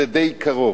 זה די קרוב.